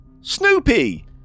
Snoopy